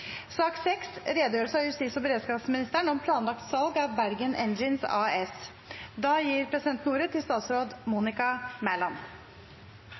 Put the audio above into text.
Sak nr. 6 var redegjørelse av justis- og beredskapsministeren om planlagt salg av Bergen Engines AS. Presidenten